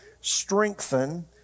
strengthen